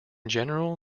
general